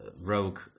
rogue